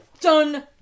Done